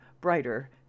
brighter